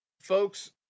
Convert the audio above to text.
folks